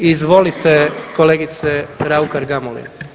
Izvolite kolegice Raukar Gamulin.